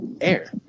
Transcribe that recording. air